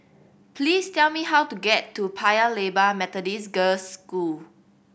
please tell me how to get to Paya Lebar Methodist Girls' School